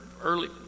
early